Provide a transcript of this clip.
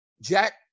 Jack